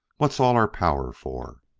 what's all our power for?